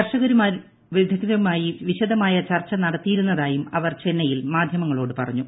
കർഷകരുമാരും വിദഗ്ദ്ധരുമായി വിശദമായ ചർച്ച നടത്തിയിരുന്നതായും അവർ ചെന്നൈയിൽ മാധ്യമങ്ങളോട് പറഞ്ഞു